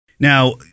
Now